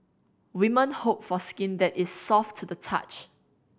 women hope for skin that is soft to the touch